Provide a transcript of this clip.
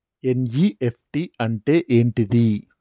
NEFT అంటే ఏంటిది?